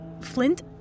Flint